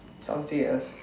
something else